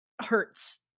hurts